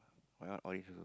my one orange also